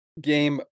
Game